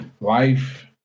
life